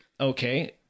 okay